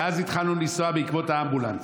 ואז התחלנו לנסוע בעקבות האמבולנס,